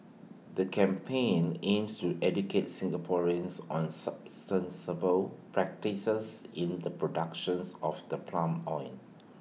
the campaign aims to educate Singaporeans on substance ball practices in the productions of the plum oil